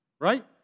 Right